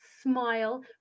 smile